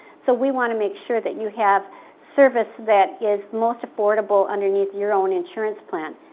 so, we want to make sure that you have service that is most affordable underneath your own insurance plan.